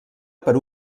per